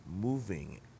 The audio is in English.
moving